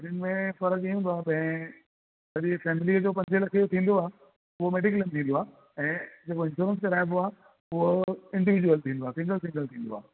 हिननि में फ़र्क़ु इहो थींदो आहे सॼी फैमिली जो पंजे लखे जो थींदो आहे हू मेडिक्लेम थींदो आहे ऐं जेको इश्योरंस कराइबो आहे उहो इंडिवीजुअल थींदो आहे सिंगल सिंगल थींदो आहे